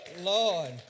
Lord